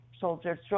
soldiers